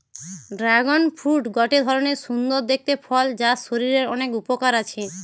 dragon fruit গটে ধরণের সুন্দর দেখতে ফল যার শরীরের অনেক উপকার আছে